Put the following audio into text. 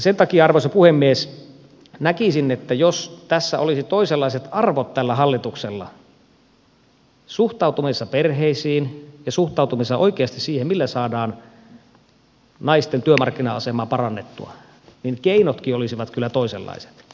sen takia arvoisa puhemies näkisin että jos tässä olisi toisenlaiset arvot tällä hallituksella suhtautumisessa perheisiin ja suhtautumisessa oikeasti siihen millä saadaan naisten työmarkkina asemaa parannettua niin keinotkin olisivat kyllä toisenlaiset